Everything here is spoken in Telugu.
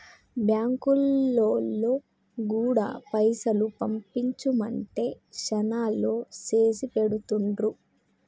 బాంకులోల్లు గూడా పైసలు పంపించుమంటే శనాల్లో చేసిపెడుతుండ్రు